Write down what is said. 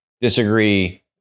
disagree